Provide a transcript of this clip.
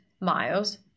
miles